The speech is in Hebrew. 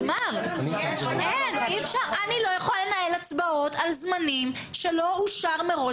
אני לא יכולה לנהל הצבעות על זמן שלא אושר מראש